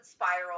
spiral